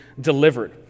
delivered